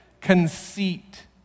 Conceit